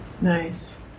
Nice